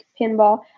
pinball